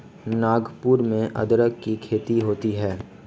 नागपुर में अदरक की खेती होती है